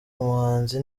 ubuhanzi